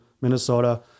Minnesota